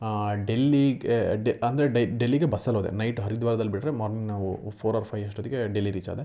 ಡೆಲ್ಲಿಗೆ ಡೆ ಅಂದರೆ ಡೆಲ್ಲಿಗೆ ಬಸ್ಸಲ್ಲಿ ಹೋದೆ ನೈಟ್ ಹರಿದ್ವಾರ್ದಲ್ಲಿ ಬಿಟ್ಟರೆ ಮಾರ್ನಿಂಗ್ ನಾವು ಫೋರ್ ಆರ್ ಫೈಯ್ ಅಷ್ಟೊತ್ತಿಗೆ ಡೆಲ್ಲಿ ರೀಚ್ ಆದೆ